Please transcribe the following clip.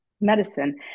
medicine